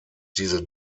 diese